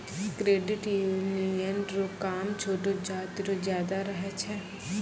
credit union रो काम छोटो जाति रो ज्यादा रहै छै